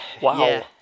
wow